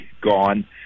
gone